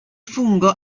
fungo